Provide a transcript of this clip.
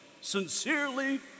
Sincerely